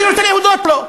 אני רוצה להודות לו.